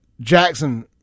Jackson